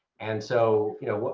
and so, you know,